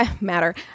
matter